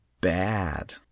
bad